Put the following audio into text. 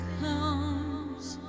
comes